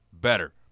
better